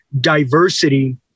diversity